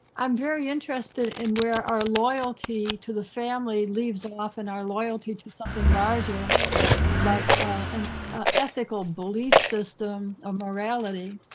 i'm very interested in where our loyalty to the family leaves off and our loyalty to something larger like an ethical belief system of morality.